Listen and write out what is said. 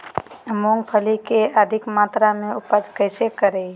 मूंगफली के अधिक मात्रा मे उपज कैसे करें?